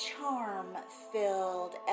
charm-filled